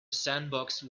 sandboxed